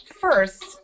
first